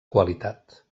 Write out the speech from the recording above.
qualitat